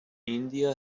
india